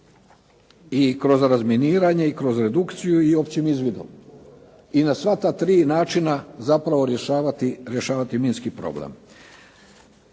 i kroz razminiranje i kroz redukciju i općim izvidom i na sva ta tri načina zapravo rješavati minski problem.